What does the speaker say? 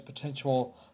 potential